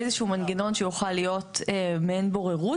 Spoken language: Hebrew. איזשהו מנגנון שיוכל להיות מעין בוררות,